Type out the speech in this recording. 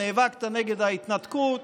נאבקת נגד ההתנתקות.